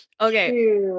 Okay